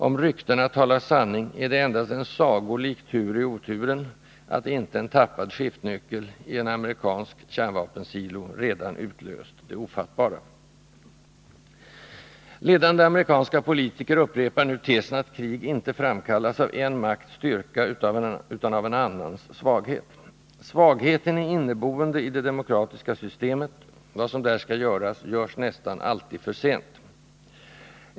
Om ryktena talar sanning är det endast en sagolik tur i oturen att inte en tappad skiftnyckel i en amerikansk kärnvapensilo redan utlöst det ofattbara. Ledande amerikanska politiker upprepar nu tesen att krig inte framkallas av en makts styrka utan av en annans svaghet. Svagheten är inneboende i det demokratiska systemet — vad som där skall göras, görs nästan alltid för sent.